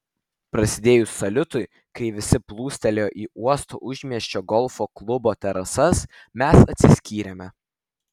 prasidėjus saliutui kai visi plūstelėjo į uosto užmiesčio golfo klubo terasas mes atsiskyrėme